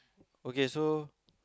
okay so